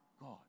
God